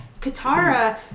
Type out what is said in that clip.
Katara